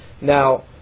Now